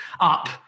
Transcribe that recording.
up